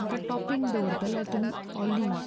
हाका टॉपींग दवरतले तुमी ऑलीव